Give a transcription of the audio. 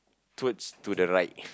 towards to the right